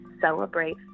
celebrate